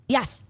Yes